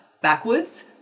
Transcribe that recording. backwards